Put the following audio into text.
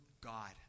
God